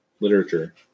literature